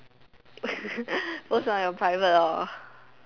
post on your private lor